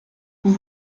vous